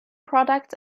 products